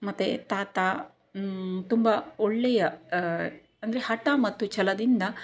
ಮತ್ತೆ ತಾತ ತುಂಬ ಒಳ್ಳೆಯ ಅಂದರೆ ಹಠ ಮತ್ತು ಛಲದಿಂದ